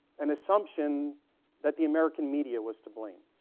an assumption that the american media was to blame